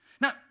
Now